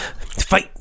fight